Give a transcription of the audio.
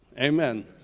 amen.